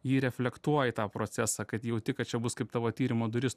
jį reflektuoji tą procesą kad jauti kad čia bus kaip tavo tyrimo duris